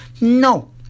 No